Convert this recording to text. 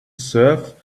serve